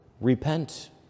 repent